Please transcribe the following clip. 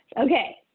okay